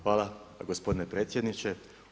Hvala gospodine predsjedniče.